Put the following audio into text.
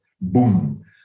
boom